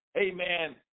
amen